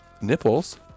Nipples